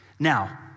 Now